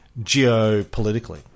geopolitically